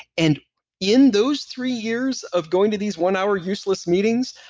and in those three years of going to these one hour useless meetings,